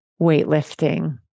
weightlifting